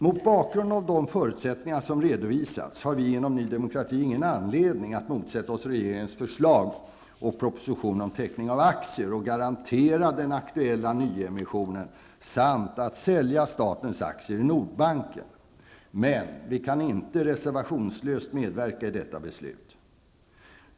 Mot bakgrund av de förutsättningar som redovisats har vi inom Ny Demokrati ingen anledning att motsätta oss regeringens förslag i propositionen om teckning av aktier och att garantera den aktuella nyemissionen samt att sälja statens aktier i Nordbanken, men vi kan inte reservationslöst medverka i detta beslut.